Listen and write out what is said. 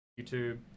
YouTube